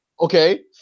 Okay